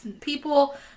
people